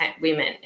women